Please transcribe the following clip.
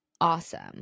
awesome